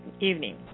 evening